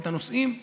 הנוסעים,